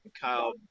Kyle